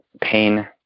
pain